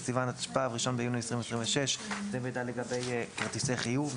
ט"ז בסיוון התשפ"ו (1 ביוני 2026). זה מידע לגבי כרטיסי חיוב,